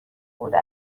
بوده